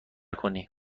کنی